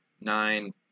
nine